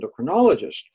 endocrinologist